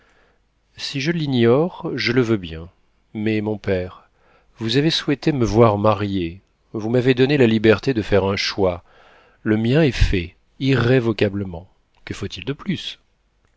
si je l'ignore je le veux bien mais mon père vous avez souhaité me voir mariée vous m'avez donné la liberté de faire un choix le mien est fait irrévocablement que faut-il de plus